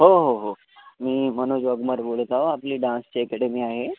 हो हो हो मी मनोज वाघमारे बोलत आहे आपली डान्सची अकॅडमी आहे